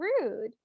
rude